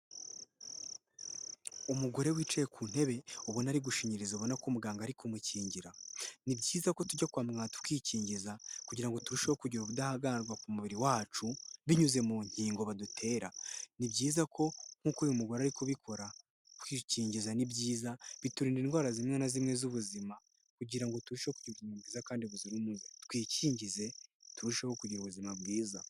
Umugore wicaye ku ntebe ubona ari gushinyiriza abona ko muganga ari kumukingira, ni byiza ko tujya kwa muganga tukikingiza, kugira ngo turusheho kugira ubudahangarwa ku mubiri wacu binyuze mu nkingo badutera. Ni byiza ko nk'uko uyu mugore ari kubikora kwikingiza ni byiza biturinda indwara zimwe na zimwe z'ubuzima, kugira ngo turusheho kugira ubuzima bwiza kandi buzira umuze. Twikingize turusheho kugira ubuzima bwiza.